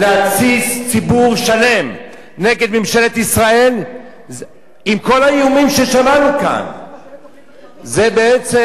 להתסיס ציבור שלם נגד ממשלת ישראל עם כל האיומים ששמענו כאן זה בעצם,